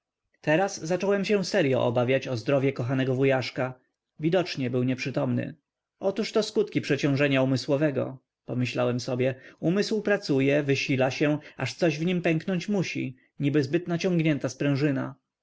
teraz zacząłem się seryo obawiać o zdrowie kochanego wujaszka widocznie był nieprzytomny otóż to skutki przeciążenia umysłowego pomyślałem sobie umysł pracuje wysila się aż coś w nim pęknąć musi niby zbyt naciągnięta sprężyna